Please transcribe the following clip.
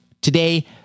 today